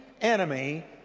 enemy